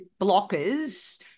blockers